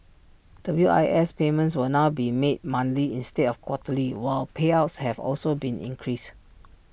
W I S payments will now be made monthly instead of quarterly while payouts have also been increased